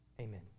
Amen